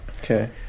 Okay